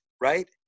right